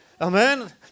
Amen